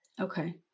Okay